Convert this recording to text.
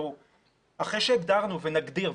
אחרי שהגדרנו ונגדיר,